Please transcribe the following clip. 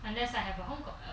unless I have a hong kong